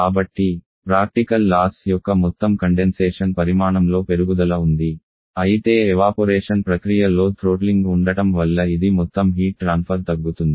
కాబట్టి practical loss యొక్క మొత్తం కండెన్సేషన్ పరిమాణంలో పెరుగుదల ఉంది అయితే ఎవాపొరేషన్ ప్రక్రియ లో థ్రోట్లింగ్ ఉండటం వల్ల ఇది మొత్తం హీట్ ట్రాన్ఫర్ తగ్గుతుంది